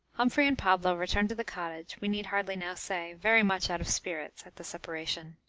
humphrey and pablo returned to the cottage, we need hardly now say, very much out of spirits at the separation.